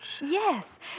Yes